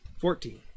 Fourteen